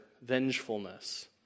vengefulness